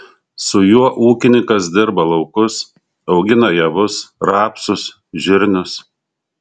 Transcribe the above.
su juo ūkininkas dirba laukus augina javus rapsus žirnius